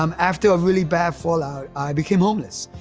um after a really bad fallout, i became homeless,